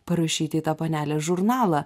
parašyti į tą panelės žurnalą